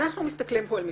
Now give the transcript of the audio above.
אנחנו מסתכלים פה על מספרים.